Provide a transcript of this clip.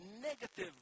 negative